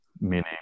meaning